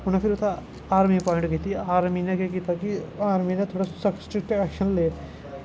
उ'नें उत्थै फिर आर्मी अप्वाईंट कीती आर्मी नै केह् कीता कि आर्मी नै स्ट्रिक्ट ऐक्शन ले